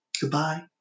Goodbye